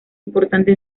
importante